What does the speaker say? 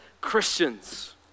Christians